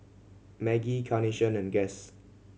Maggi Carnation and Guess